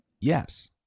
Yes